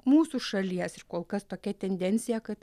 mūsų šalies ir kol kas tokia tendencija kad